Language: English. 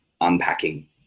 unpacking